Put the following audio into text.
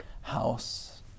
house